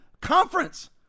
conference